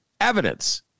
evidence